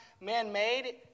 man-made